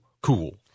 cool